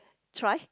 try